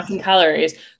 calories